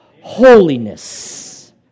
holiness